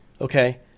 okay